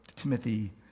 Timothy